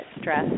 stress